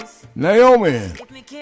Naomi